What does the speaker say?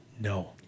No